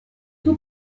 tout